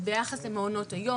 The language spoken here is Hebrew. עוד ביחס למעונות היום.